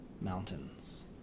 mountains